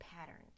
patterns